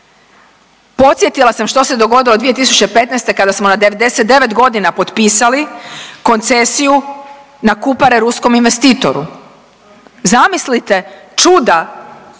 Podsjetila sam što se dogodilo 2015. kada smo na 99 godina potpisali koncesiju na Kupare ruskom investitoru. Zamislite čuda